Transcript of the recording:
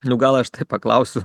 nu gal aš taip paklausiu